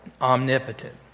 omnipotent